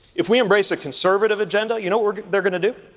if we embrace a conservative agenda, you know what they're going to do?